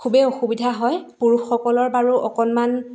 খুবেই অসুবিধা হয় পুৰুষসকলৰ বাৰু অকণমান